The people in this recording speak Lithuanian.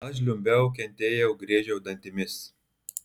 aš žliumbiau kentėjau griežiau dantimis